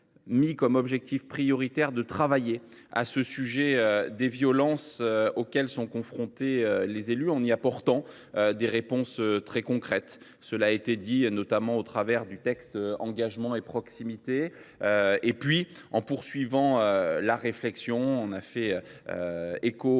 fixé comme objectif prioritaire de travailler sur le sujet des violences auxquelles sont confrontées les élus, en y apportant des réponses très concrètes. Nous l’avons dit, notamment, dans le cadre du texte Engagement et proximité. Nous avons poursuivi la réflexion en faisant écho